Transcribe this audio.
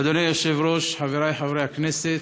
אדוני היושב-ראש, חברי חברי הכנסת,